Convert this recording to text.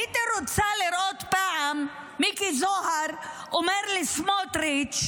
הייתי רוצה לראות פעם את מיקי זוהר אומר לסמוטריץ'